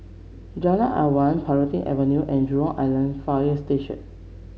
Jalan Awan Planting Avenue and Jurong Island Fire Station